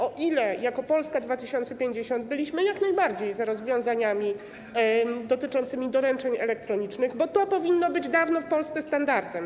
O ile jako Polska 2050 byliśmy jak najbardziej za rozwiązaniami dotyczącymi doręczeń elektronicznych, bo to powinno być dawno w Polsce standardem.